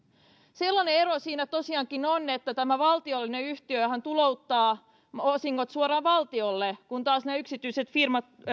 sellainen ero siinä tosiaankin on että tämä valtiollinen yhtiöhän tulouttaa osingot suoraan valtiolle kun taas ne yksityiset firmat